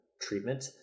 treatment